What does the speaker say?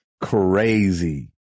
crazy